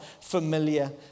familiar